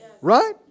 Right